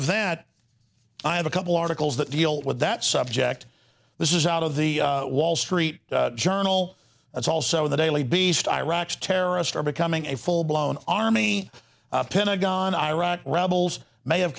of that i have a couple articles that deal with that subject this is out of the wall street journal that's also the daily beast iraq's terrorists are becoming a full blown army pentagon iraq rebels may have